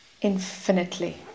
infinitely